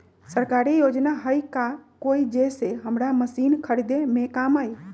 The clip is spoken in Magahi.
सरकारी योजना हई का कोइ जे से हमरा मशीन खरीदे में काम आई?